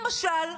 למשל.